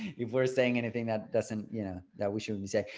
if we're saying anything that doesn't, you know, that we shouldn't say,